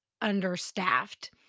understaffed